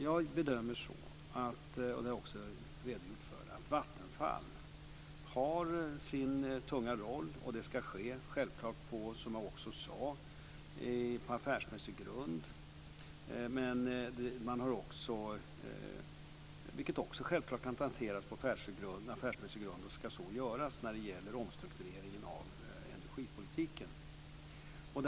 Jag bedömer, och det har jag också redogjort för, att Vattenfall har en tung roll att spela. Som jag också sade ska detta självfallet ske på affärsmässig grund. Man har också en tung roll att spela när det gäller omstruktureringen av energipolitiken, vilket också självfallet kan hanteras på affärsmässig grund och ska så göras.